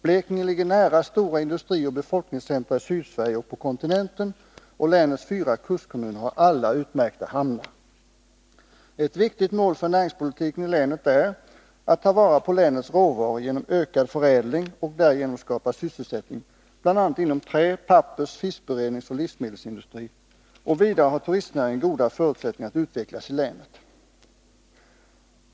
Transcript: Blekinge ligger nära stora industrioch befolkningscentra i Sydsverige och på kontinenten. Länets fyra kustkommuner har alla utmärkta hamnar. Ett viktigt mål för näringspolitiken i länet är att ta vara på länets råvaror genom ökad förädling och därigenom skapa sysselsättning, bl.a. inom trä-, pappers-, fiskberedningsoch livsmedelsindustri. Vidare har turistnäringen goda förutsättningar att utvecklas i länet.